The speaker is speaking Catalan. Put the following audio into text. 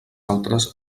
altres